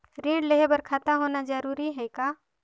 ऋण लेहे बर खाता होना जरूरी ह का?